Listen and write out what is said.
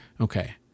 okay